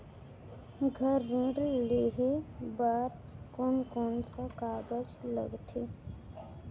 घर ऋण लेहे बार कोन कोन सा कागज लगथे?